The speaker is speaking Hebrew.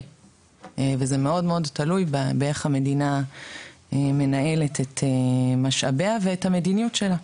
וזה מאוד מאוד תלוי באיך המדינה מנהלת את משאביה ואת המדיניות שלה,